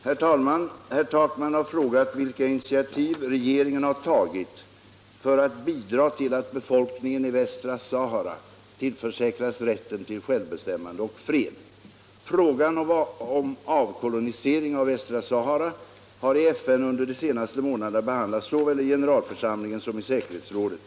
174, och anförde: Herr talman! Herr Takman har frågat vilka initiativ regeringen har tagit för att bidra till att befolkningen i västra Sahara tillförsäkras rätten till självbestämmande och fred. Frågan om avkolonisering av västra Sahara har i FN under de senaste månaderna behandlats såväl i generalförsamlingen som i säkerhetsrådet.